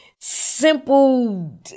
simple